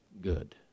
good